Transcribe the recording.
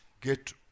get